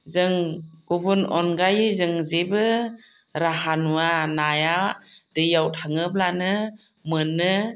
जों गुबुन अनगायै जों जेबो राहा नुवा नाया दैयाव थाङोब्लानो मोनो